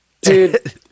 dude